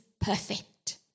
perfect